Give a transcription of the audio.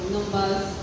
Numbers